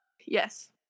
Yes